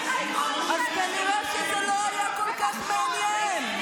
זה כנראה לא היה כל כך מעניין.